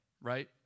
right